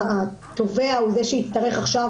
שהתובע הוא זה שיצטרך עכשיו,